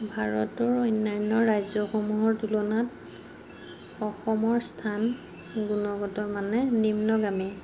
ভাৰতৰ অন্যান্য ৰাজ্যসমূহৰ তুলনাত অসমৰ স্থান গুণগত মানে নিম্নগামী